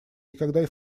никогда